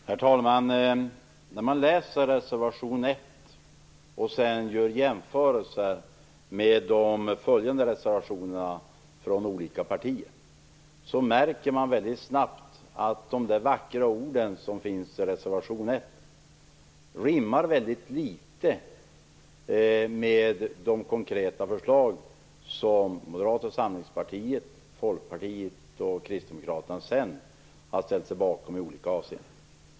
Herr talman! När man läser reservation 1 och gör jämförelser med de följande reservationerna från andra partier, märker man snabbt att de vackra orden i reservation 1 rimmar litet med de konkreta förslag som Moderata samlingspartiet, Folkpartiet och Kristdemokraterna har ställt sig bakom i olika avseenden.